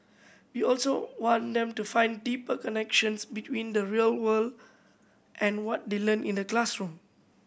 we also want them to find deeper connections between the real world and what they learn in the classroom